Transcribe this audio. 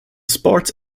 sports